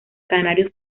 canarios